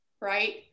right